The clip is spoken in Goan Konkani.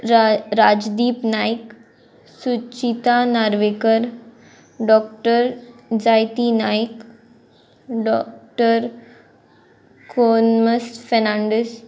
रा राजदीप नायक सुचिता नार्वेकर डॉक्टर जायती नायक डॉक्टर कोन्मस फेनांडिस